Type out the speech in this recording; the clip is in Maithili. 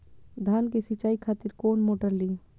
धान के सीचाई खातिर कोन मोटर ली?